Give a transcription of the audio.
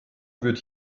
wird